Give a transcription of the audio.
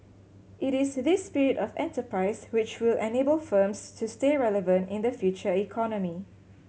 it is this spirit of enterprise which will enable firms to stay relevant in the future economy